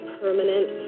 permanent